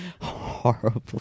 horrible